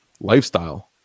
lifestyle